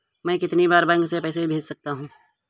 मैं कितनी बार बैंक से पैसे भेज सकता हूँ?